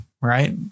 right